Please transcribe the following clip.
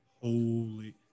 holy